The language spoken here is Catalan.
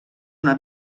una